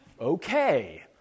Okay